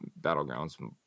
battlegrounds